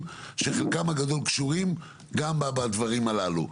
שחלקם הגדול קשורים גם לדברים הללו.